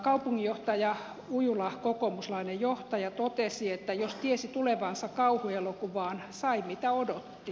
kaupunginjohtaja ujula kokoomuslainen johtaja totesi että jos tiesi tulevansa kauhuelokuvaan sai mitä odotti